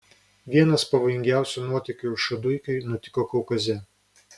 vienas pavojingiausių nuotykių šaduikiui nutiko kaukaze